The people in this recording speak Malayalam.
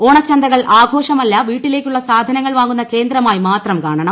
ഓണചന്തകൾ ആഘോഷമല്ല വീട്ടിലേക്കുള്ള സാധനങ്ങൾ വാങ്ങുന്ന കേന്ദ്രമായി മാത്രം കാണണം